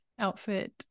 outfit